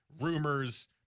rumors